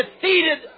defeated